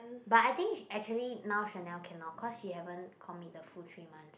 but I think actually now Chanel cannot cause she haven't commit the full three month